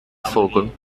vogel